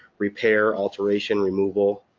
repair, alteration, removal,